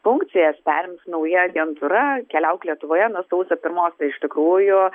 funkcijas perims nauja agentūra keliauk lietuvoje nuo sausio pirmos tai iš tikrųjų